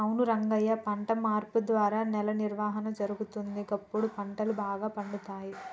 అవును రంగయ్య పంట మార్పు ద్వారా నేల నిర్వహణ జరుగుతుంది, గప్పుడు పంటలు బాగా పండుతాయి